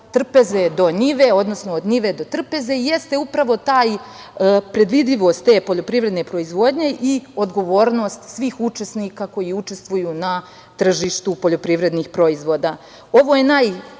od njive do trpeze jeste upravo predvidljivost te poljoprivredne proizvodnje i odgovornost svih učesnika koji učestvuju na tržištu poljoprivrednih proizvoda. Najvažnija,